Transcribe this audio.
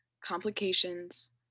Complications